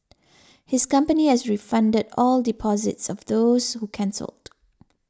his company has refunded all deposits of those who cancelled